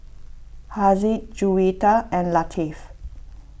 Haziq Juwita and Latif